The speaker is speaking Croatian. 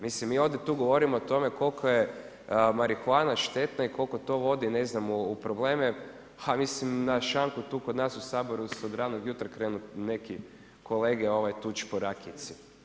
Mislim, mi ovdje tu govorimo, koliko je marihuana štetna i koliko to vodi ne znam u probleme, ha mislim, na šanku tu kod nas u Saboru se od ranog jutra, krenu, neki kolege tući po rakijici.